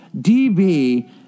DB